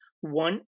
One